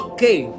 Okay